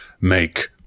make